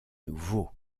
nouveau